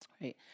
right